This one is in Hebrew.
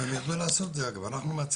הם ידעו לעשות את זה אגב, אנחנו מהצפון,